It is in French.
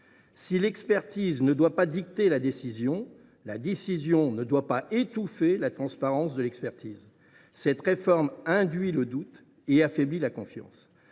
Si l’expertise ne doit pas dicter la décision, cette dernière ne doit pas étouffer la transparence de l’expertise. Or cette réforme instille le doute et affaiblit la confiance.